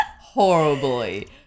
Horribly